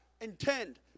intend